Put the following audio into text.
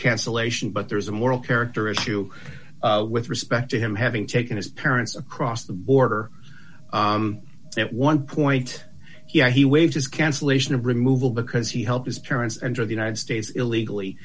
cancellation but there is a moral character issue with respect to him having taken his parents across the border at one point yeah he waived his cancellation of removal because he helped his parents enter the united states illegally